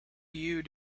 you